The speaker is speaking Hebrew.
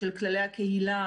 זו לא שאלה לקצין משטרה.